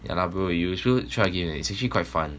yeah lah bro you sho~ should try again eh and it's actually quite fun